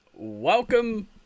Welcome